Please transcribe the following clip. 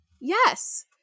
Yes